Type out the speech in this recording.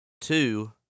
Two